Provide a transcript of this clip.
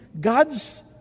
God's